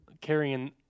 carrying